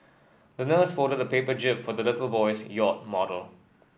the nurse folded a paper jib for the little boy's yacht model